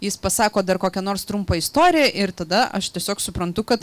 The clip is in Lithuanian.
jis pasako dar kokią nors trumpą istoriją ir tada aš tiesiog suprantu kad